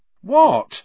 What